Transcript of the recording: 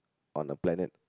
on a planet